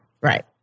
Right